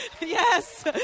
Yes